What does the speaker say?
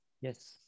Yes